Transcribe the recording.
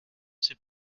s’est